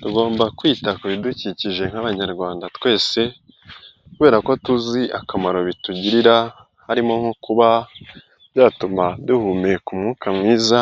Tugomba kwita ku bidukikije nk’Abanyarwanda twese kubera ko tuzi akamaro bitugirira, harimo nko kuba byatuma duhumeka umwuka mwiza,